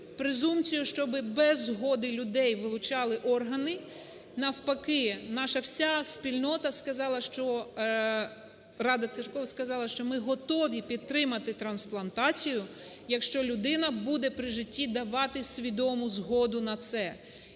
презумпцію, щоб без згоди людей вилучали органи. Навпаки, наша вся спільнота сказала, що… Рада церков сказала, що ми готові підтримати трансплантацію, якщо людина буде при житті давати свідому згоду на це.